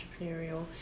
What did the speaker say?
entrepreneurial